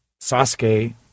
Sasuke